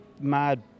mad